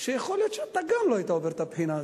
שיכול להיות שגם אתה לא היית עובר את הבחינה הזאת.